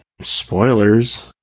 spoilers